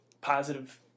positive